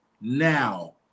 now